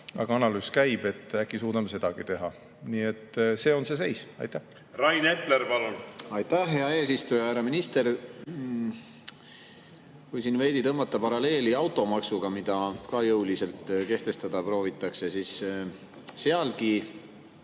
aga analüüs käib, nii et äkki suudame sedagi teha. Nii et see on see seis. Rain Epler, palun! Aitäh, hea eesistuja! Härra minister! Siin võiks veidi tõmmata paralleele automaksuga, mida ka jõuliselt kehtestada proovitakse. Sealgi